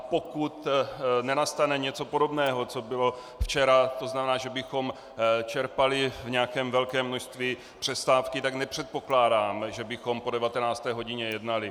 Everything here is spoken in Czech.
Pokud nenastane něco podobného, co bylo včera, to znamená, že bychom čerpali v nějakém velkém množství přestávky, tak nepředpokládám, že bychom po 19. hodině jednali.